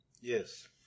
Yes